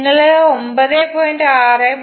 നിങ്ങൾ 9